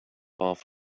off